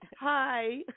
Hi